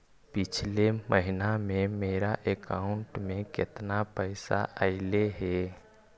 पिछले महिना में मेरा अकाउंट में केतना पैसा अइलेय हे?